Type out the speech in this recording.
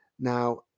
Now